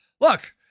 Look